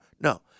no